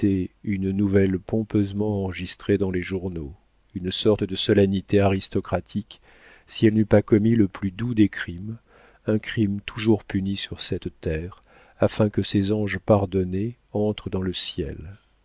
une nouvelle pompeusement enregistrée dans les journaux une sorte de solennité aristocratique si elle n'eût pas commis le plus doux des crimes un crime toujours puni sur cette terre afin que ces anges pardonnés entrent dans le ciel